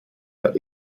der